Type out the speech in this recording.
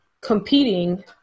competing